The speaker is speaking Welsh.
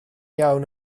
iawn